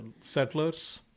settlers